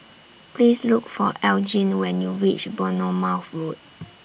Please Look For Elgin when YOU REACH Bournemouth Road